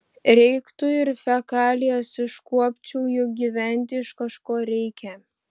reiktų ir fekalijas iškuopčiau juk gyventi iš kažko reikia